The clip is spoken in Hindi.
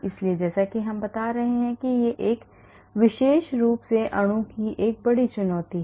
इसलिए जैसा कि हम बता रहे हैं कि विशेष रूप से अणु की एक बड़ी चुनौती है